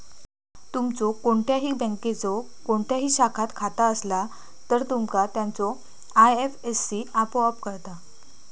तुमचो कोणत्याही बँकेच्यो कोणत्याही शाखात खाता असला तर, तुमका त्याचो आय.एफ.एस.सी आपोआप कळता